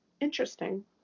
interesting